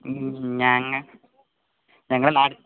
മ് ഞങ്ങ ഞങ്ങള് നാ